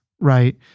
Right